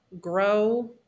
grow